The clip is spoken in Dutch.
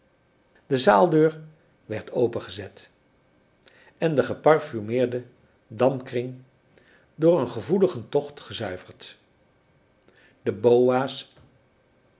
de zaaldeur werd opengezet en de geparfumeerde dampkring door een gevoeligen tocht gezuiverd de boa's